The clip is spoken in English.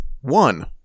One